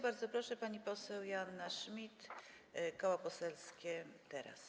Bardzo proszę, pani poseł Joanna Schmidt, Koło Poselskie Teraz!